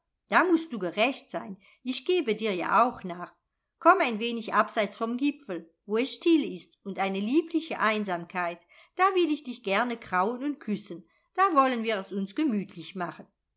da mußt du gerecht sein ich gebe dir ja auch nach komm ein wenig abseits vom gipfel wo es still ist und liebliche einsamkeit da will ich dich gerne krauen und küssen da wollen wir es uns gemütlich machen